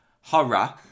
Horror